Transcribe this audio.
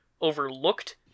overlooked